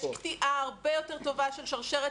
יש קטיעה הרבה יותר טובה של שרשרת